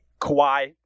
Kawhi